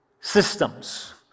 systems